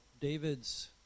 David's